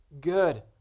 good